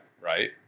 right